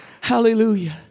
Hallelujah